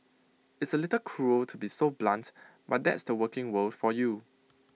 it's A little cruel to be so blunt but that's the working world for you